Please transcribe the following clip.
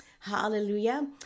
hallelujah